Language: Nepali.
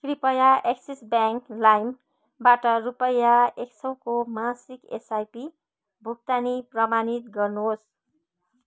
कृपया एक्सिस ब्याङ्क लाइमबाट रुपियाँ एक सयको मासिक एसआइपी भुक्तानी प्रमाणित गर्नुहोस्